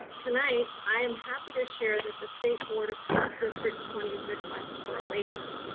tonight i am happy to share that the state board approved district twenty s request for a waiver.